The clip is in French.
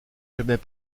jamais